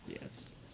Yes